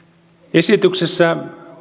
esityksessä